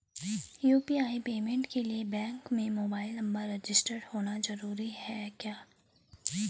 UPI payment के लिए bank में मोबाइल नंबर रजिस्टर्ड होना जरूरी है क्या?